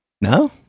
No